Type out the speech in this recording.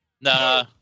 Nah